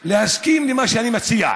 להסכים למה שאני מציע.